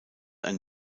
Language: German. ein